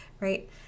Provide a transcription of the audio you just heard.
right